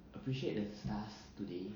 appreciate the stars today